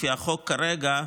לפי החוק כרגע,